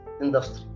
industry